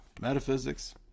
metaphysics